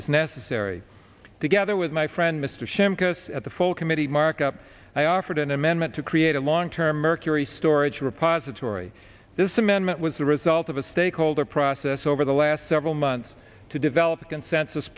is necessary together with my friend mr shimkus at the full committee markup i offered an amendment to create a long term mercury storage repository this amendment was the result of a stakeholder process over the last several months to develop a consensus